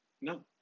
No